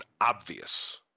obvious